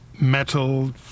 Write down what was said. metal